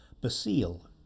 Basile